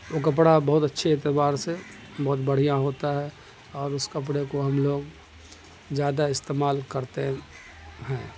وہ کپڑا بہت اچھے اعتبار سے بہت بڑھیاں ہوتا ہے اور اس کپڑے کو ہم لوگ زادہ استعمال کرتے ہیں